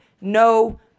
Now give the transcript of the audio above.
no